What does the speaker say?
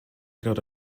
got